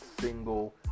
single